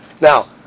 Now